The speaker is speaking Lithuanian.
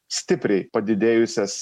stipriai padidėjusias